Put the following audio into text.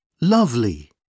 Lovely